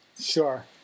Sure